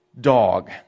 dog